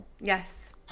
yes